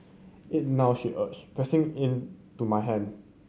eat now she urge pressing into my hand